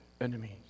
enemies